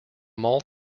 malt